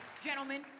Gentlemen